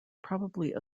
probably